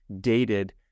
dated